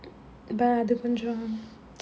அது கொஞ்சம்:adhu konjam